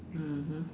mmhmm